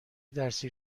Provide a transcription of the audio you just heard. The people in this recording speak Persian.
درسی